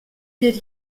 wird